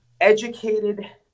educated